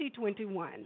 2021